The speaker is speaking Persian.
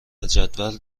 جدول